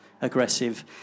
aggressive